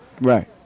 Right